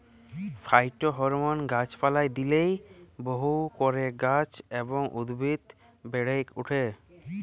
phytohormone গাছ পালায় দিইলে বহু করে গাছ এবং উদ্ভিদ বেড়েক ওঠে